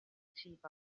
chief